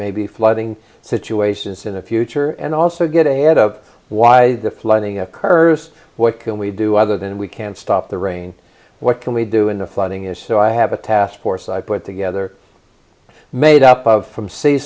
maybe flooding situations in the future and also get ahead of why the flooding occurs what can we do other than we can stop the rain what can we do in the flooding is so i have a task force i put together made up of from